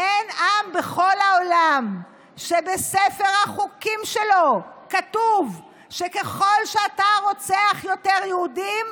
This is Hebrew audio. אין עם בכל העולם שבספר החוקים שלו כתוב שככל שאתה רוצח יותר יהודים,